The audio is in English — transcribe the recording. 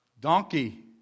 donkey